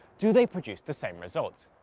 do they produce the same results?